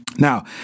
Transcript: Now